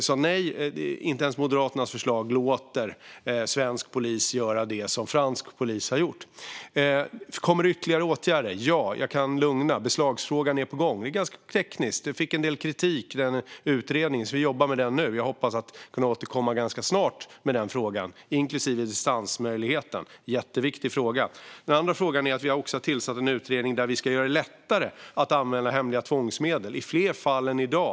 Så nej, inte ens Moderaternas förslag låter svensk polis göra det som fransk polis har gjort. Kommer det ytterligare åtgärder? Ja, jag kan lugna er. Beslagsfrågan är på gång. Den är ganska teknisk. Den utredningen fick en del kritik, så vi jobbar med den nu. Jag hoppas kunna återkomma ganska snart i den frågan, inklusive distansmöjligheten. Det är en jätteviktig fråga. Vi har också tillsatt en utredning för att göra det lättare att använda hemliga tvångsmedel i fler fall än i dag.